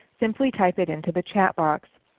simply type it into the chat box.